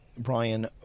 Brian